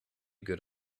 good